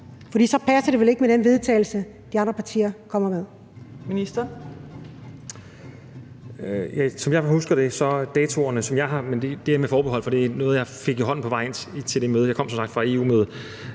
For så passer det vel ikke med det forslag til vedtagelse, de andre partier kommer med.